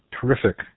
Terrific